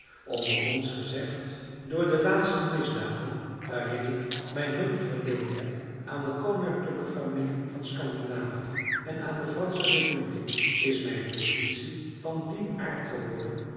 onder ons gezegd door de laatste misdaden waarin ik mijn hulp verleend heb aan de koninklijke familie van scandinavië en aan de fransche republiek is mijn positie van dien aard geworden